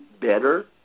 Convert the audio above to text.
better